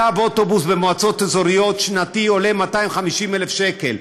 קו אוטובוס במועצות אזוריות שנתי עולה 250,000 שקל.